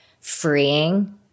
freeing